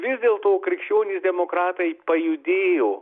vis dėlto krikščionys demokratai pajudėjo